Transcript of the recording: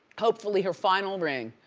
hopefully her final ring.